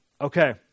Okay